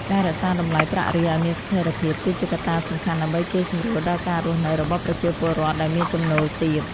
ការរក្សាតម្លៃប្រាក់រៀលឱ្យមានស្ថិរភាព គឺជាកត្តាសំខាន់ដើម្បីជួយសម្រួលដល់ការរស់នៅរបស់ប្រជាពលរដ្ឋដែលមានចំណូលទាប។